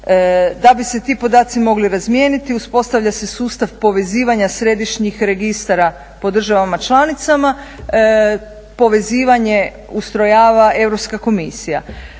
Da bi se ti podaci mogli razmijeniti uspostavlja se sustav povezivanja središnjih registara po državama članicama. Povezivanje ustrojava Europska komisija.